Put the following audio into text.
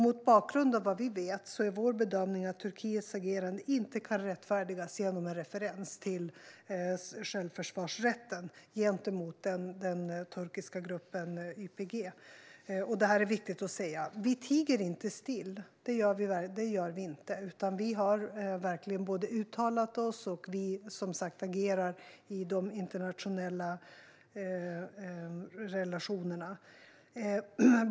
Mot bakgrund av vad vi vet är vår bedömning att Turkiets agerande gentemot den turkiska gruppen YPG inte kan rättfärdigas genom en referens till självförsvarsrätten. Det är viktigt att säga att vi inte tiger still; det gör vi inte. Vi har verkligen uttalat oss, och vi agerar i de internationella relationerna.